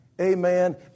amen